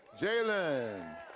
Jalen